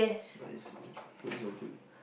but its its food is all good